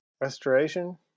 restoration